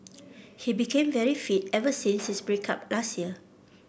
he became very fit ever since his break up last year